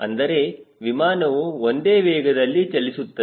ಅಂದರೆ ವಿಮಾನವು ಒಂದೇ ವೇಗದಲ್ಲಿ ಚಲಿಸುತ್ತಿದೆ